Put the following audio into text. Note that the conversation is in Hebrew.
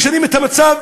משנים את המצב,